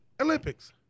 Olympics